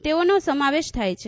તેઓનો સમાવેશ થાય છે